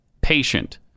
patient